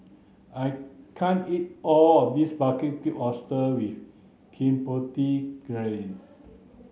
I can't eat all of this Barbecued Oysters with Chipotle Glaze